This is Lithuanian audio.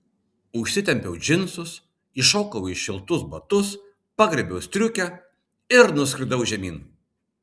užsitempiau džinsus įšokau į šiltus batus pagriebiau striukę ir nuskridau žemyn